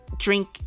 drink